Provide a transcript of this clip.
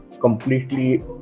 completely